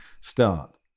start